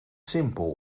simpel